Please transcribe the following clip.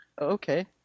Okay